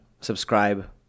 subscribe